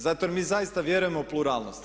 Zato jer mi zaista vjerujemo u pluralnost.